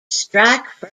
strike